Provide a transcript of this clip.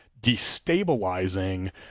destabilizing